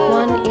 one